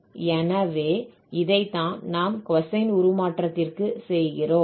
எனவே இதைத்தான் நாம் கொசைன் உருமாற்றத்திற்கு செய்கிறோம்